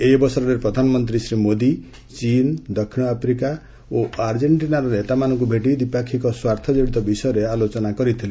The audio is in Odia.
ଏହି ଅବସରରେ ପ୍ରଧାନମନ୍ତ୍ରୀ ଶ୍ରୀ ମୋଦି ଚୀନ ଦକ୍ଷିଣ ଆଫ୍ରିକା ଆର୍ଜେଣ୍ଟିନା ଓ ଆଙ୍ଗୋଲାର ନେତାମନାଙ୍କୁ ଭେଟି ଦ୍ୱିପାକ୍ଷିକ ସ୍ୱାର୍ଥ କଡ଼ିତ ବିଷୟରେ ଆଲୋଚନ କରିଥିଲେ